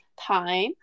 time